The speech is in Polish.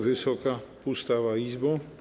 Wysoka Pustawa Izbo!